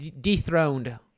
dethroned